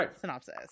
synopsis